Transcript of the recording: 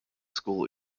school